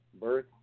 birth